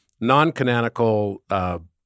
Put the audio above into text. non-canonical